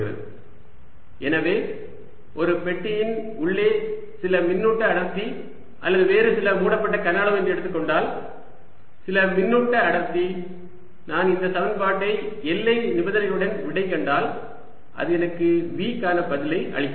2Vr ρ 0 எனவே ஒரு பெட்டியின் உள்ளே சில மின்னூட்ட அடர்த்தி அல்லது வேறு சில மூடப்பட்ட கன அளவு எனக்குக் கொடுக்கப்பட்டால் சில மின்னூட்ட அடர்த்தி நான் இந்த சமன்பாட்டை எல்லை நிபந்தனையுடன் விடை கண்டால் அது எனக்கு V க்கான பதிலை அளிக்கிறது